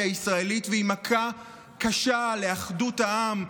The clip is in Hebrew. הישראלית והוא מכה קשה לאחדות העם,